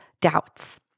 doubts